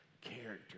character